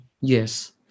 Yes